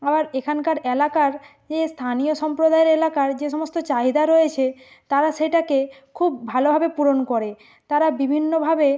আবার এখানকার এলাকার যে স্থানীয় সম্প্রদায়ের এলাকার যে সমস্ত চাহিদা রয়েছে তারা সেটাকে খুব ভালোভাবে পূরণ করে তারা বিভিন্নভাবে